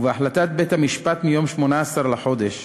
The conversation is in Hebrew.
ובהחלטת בית-המשפט מיום 18 בחודש